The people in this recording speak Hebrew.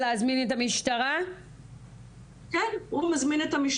מה שנקרא לכפות על מחדלים של מדינת ישראל וממשלת ישראל.